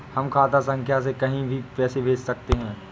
हम खाता संख्या से कहीं भी पैसे कैसे भेज सकते हैं?